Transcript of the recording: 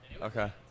Okay